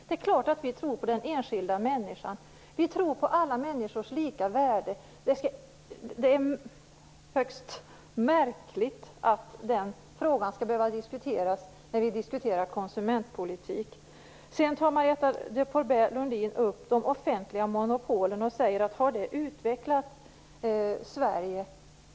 Det är klart att vi tror på den enskilda människan. Vi tror på alla människors lika värde. Det är högst märkligt att denna fråga skall behöva diskuteras när vi diskuterar konsumentpolitik. Sedan tar Marietta de Pourbaix-Lundin upp de offentliga monopolen och frågor om de har utvecklat Sverige.